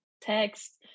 text